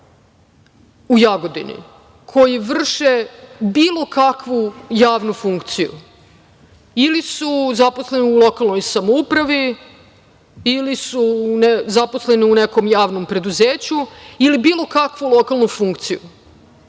u Jagodini koje vrše bilo kakvu javnu funkciju, ili su zaposlene u lokalnoj samoupravi, ili su zaposlene u nekom javnom preduzeću, ili bilo kakvu lokalnu funkciju.